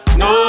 no